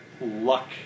luck